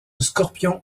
scorpion